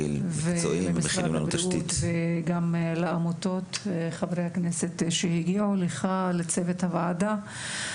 גם לעמותות, גם לחברי הכנסת שהגיעו ולצוות הוועדה.